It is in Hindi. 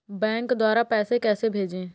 बैंक द्वारा पैसे कैसे भेजें?